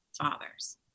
father's